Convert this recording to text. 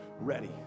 ready